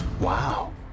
Wow